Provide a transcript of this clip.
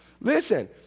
Listen